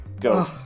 Go